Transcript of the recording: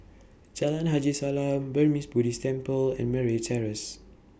Jalan Haji Salam Burmese Buddhist Temple and Murray Terrace